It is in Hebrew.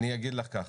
אני אגיד לך כך,